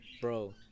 Bro